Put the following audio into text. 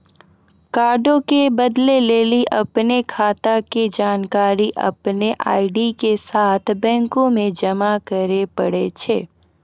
कार्डो के बदलै लेली अपनो खाता के जानकारी अपनो आई.डी साथे बैंको मे जमा करै पड़ै छै